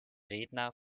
redner